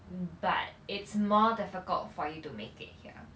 but it's more difficult for you to make it here